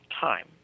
time